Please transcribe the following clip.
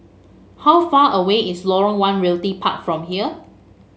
how far away is Lorong One Realty Park from here